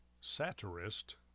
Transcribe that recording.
satirist